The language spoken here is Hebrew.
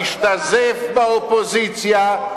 תשתזף באופוזיציה.